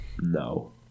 no